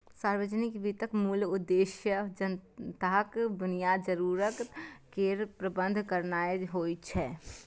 सार्वजनिक वित्तक मूल उद्देश्य जनताक बुनियादी जरूरत केर प्रबंध करनाय होइ छै